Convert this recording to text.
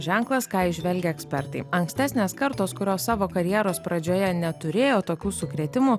ženklas ką įžvelgia ekspertai ankstesnės kartos kurios savo karjeros pradžioje neturėjo tokių sukrėtimų